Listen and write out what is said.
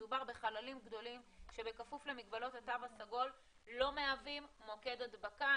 מדובר בחללים גדולים שבכפוף למגבלות התו הסגול לא מהווים מוקד הדבקה.